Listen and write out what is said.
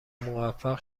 موفق